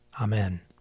Amen